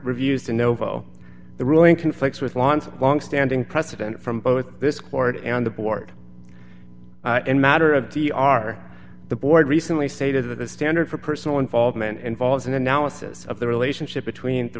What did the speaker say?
reviews de novo the ruling conflicts with lots of longstanding precedent from both this court and the board in matter of the are the board recently stated that the standard for personal involvement involves an analysis of the relationship between the